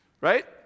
Right